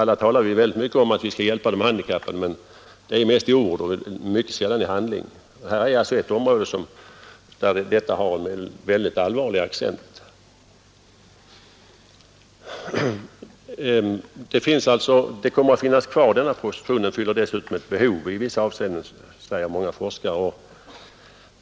Alla talar så mycket om att vi skall hjälpa de handikappade, men det är mest i ord och mycket sällan i handling. Detta är ett område som för dem har en mycket allvarlig accent. Prostitutionen fyller i vissa avseenden ett behov, säger alltså många forskare.